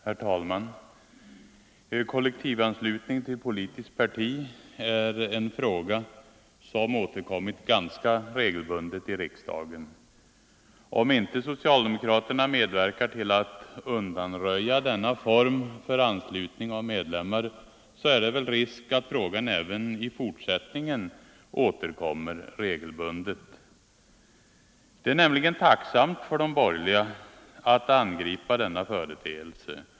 Herr talman! Kollektivanslutning till politiskt parti är en fråga som återkommit ganska regelbundet i riksdagen. Om inte socialdemokraterna medverkar till att undanröja denna form för anslutning av medlemmar, så är det väl risk för att frågan även i fortsättningen återkommer regelbundet. Det är nämligen tacksamt för de borgerliga att angripa denna företeelse.